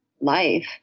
life